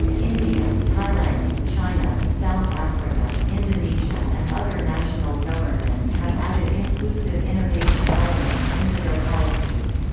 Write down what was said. india, thailand, china, south africa, indonesia and other national governments have added inclusive innovation elements into their policies.